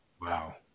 Wow